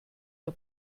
der